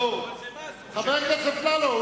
חבר הכנסת אפללו,